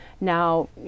now